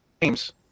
games